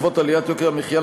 בעקבות עליית יוקר המחיה,